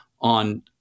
on